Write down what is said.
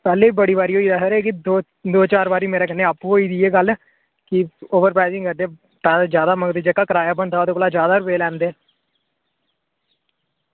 पैह्ले बी बड़ी बारी होया सर एह् कि दो दो चार बारी मेरे कन्नै आप्पू होई दी एह् गल्ल कि ओवर प्राइसिंग करदे तां ते ज्यादा मंगदे जेह्का कराया बनदा ओह्दे कोला ज्यादा रपे लैंदे